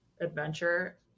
adventure